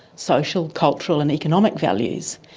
social, cultural and economic values,